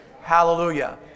Hallelujah